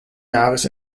jahres